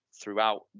throughout